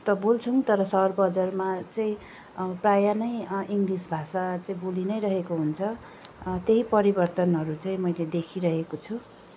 त बोल्छौँ तर सहर बजारमा चाहिँ प्रायः नै इङ्लिस भाषा चाहिँ बोलिनै रहेको हुन्छ त्यही परिवर्तनहरू चाहिँ मैले देखिरहेको छु